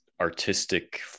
artistic